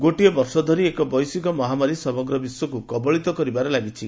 ଗୋଟିଏ ବର୍ଷ ଧରି ଏକ ବୈଶ୍ୱିକ ମହାମାରୀ ସମଗ୍ର ବିଶ୍ୱକୁ କବଳିତ କରିବାରେ ଲାଗିଛି